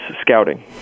scouting